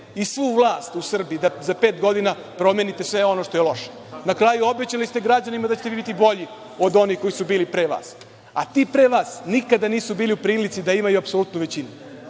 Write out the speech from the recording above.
i svu vlast u Srbiji da za pet godina promeniti sve ono što je loše. Na kraju, obećali ste građanima da ćete biti bolji od onih koji su bili pre vas, a ti pre vas nikada nisu bili u prilici da imaju apsolutnu većinu.